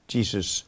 Jesus